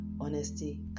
honesty